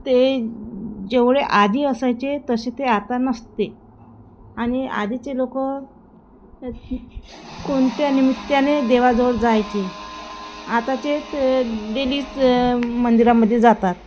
ते जेवढे आधी असायचे तसे ते आता नसते आणि आधीचे लोकं कोणत्या निमित्ताने देवाजवळ जायचे आताचे डेलीच मंदिरामध्ये जातात